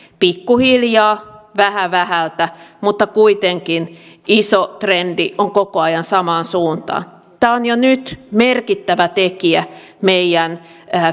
pikkuhiljaa vähä vähältä mutta kuitenkin iso trendi on koko ajan samaan suuntaan tämä on jo nyt merkittävä tekijä meidän